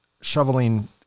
shoveling